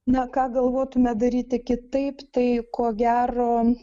na ką galvotume daryti kitaip tai ko gero